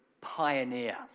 pioneer